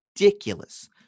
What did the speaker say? ridiculous